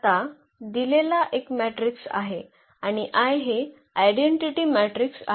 आता दिलेला एक मॅट्रिक्स आहे आणि I हे ईडेन्टिटी मॅट्रिक्स आहे